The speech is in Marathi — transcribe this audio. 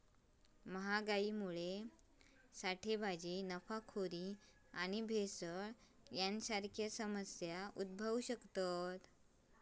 महागाईमुळा साठेबाजी, नफाखोरी आणि भेसळ यांसारखे समस्या उद्भवु शकतत